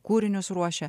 kūrinius ruošia